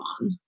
on